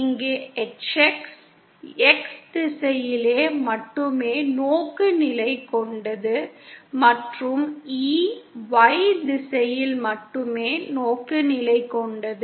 இங்கே HX X திசையில் மட்டுமே நோக்குநிலை கொண்டது மற்றும் E Y திசையில் மட்டுமே நோக்குநிலை கொண்டது